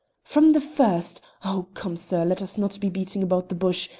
from the first oh, come! sir, let us not be beating about the bush,